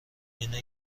اینه